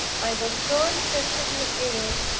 i was so excessively ill,